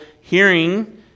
hearing